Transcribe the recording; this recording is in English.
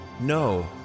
No